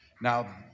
Now